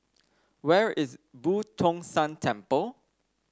where is Boo Tong San Temple